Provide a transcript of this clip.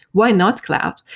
why not cloud?